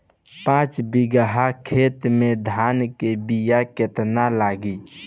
पाँच बिगहा खेत में धान के बिया केतना लागी?